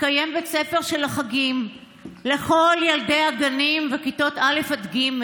יתקיים בית ספר של החגים לכל ילדי הגנים וכיתות א' עד ג',